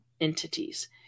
entities